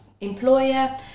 employer